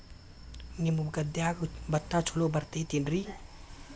ನಿಮ್ಮ ಗದ್ಯಾಗ ಭತ್ತ ಛಲೋ ಬರ್ತೇತೇನ್ರಿ?